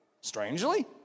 Strangely